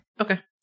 Okay